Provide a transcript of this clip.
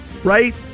Right